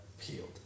peeled